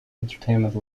entertainment